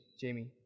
Jamie